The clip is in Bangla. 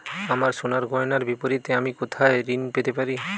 আমার সোনার গয়নার বিপরীতে আমি কোথায় ঋণ পেতে পারি?